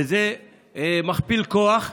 וזה מכפיל כוח,